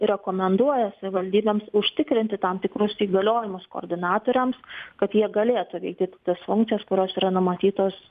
rekomenduoja savivaldybėms užtikrinti tam tikrus įgaliojimus koordinatoriams kad jie galėtų vykdyti tas funkcijas kurios yra numatytos